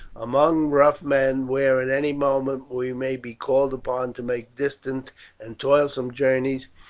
among rough men, where, at any moment, we may be called upon to make distant and toilsome journeys,